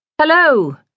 Hello